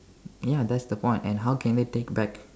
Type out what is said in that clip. ya that's the point and how can they take back